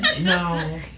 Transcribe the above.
No